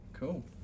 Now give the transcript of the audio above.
Cool